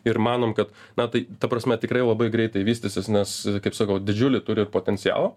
ir manom kad na tai ta prasme tikrai labai greitai vystysis nes kaip sakau didžiulį turi potencialą